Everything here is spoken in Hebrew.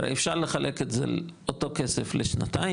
הרי אפשר לחלק את אותו כסף לשנתיים,